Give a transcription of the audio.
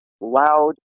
loud